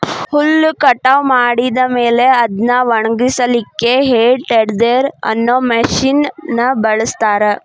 ಹುಲ್ಲ್ ಕಟಾವ್ ಮಾಡಿದ ಮೇಲೆ ಅದ್ನ ಒಣಗಸಲಿಕ್ಕೆ ಹೇ ಟೆಡ್ದೆರ್ ಅನ್ನೋ ಮಷೇನ್ ನ ಬಳಸ್ತಾರ